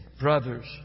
brothers